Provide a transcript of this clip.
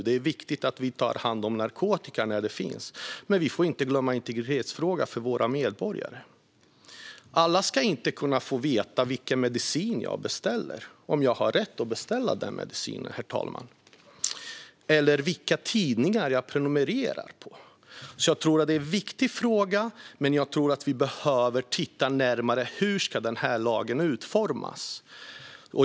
Det är viktigt att ta hand om narkotika när den förekommer, men vi får inte glömma integriteten för våra medborgare. Alla ska inte kunna få veta vilken medicin jag beställer om jag har rätt att beställa den eller vilka tidningar jag prenumererar på, herr talman. Jag tycker att frågan är viktig, men jag tror att vi behöver titta närmare på hur lagen ska utformas.